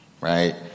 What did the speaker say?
right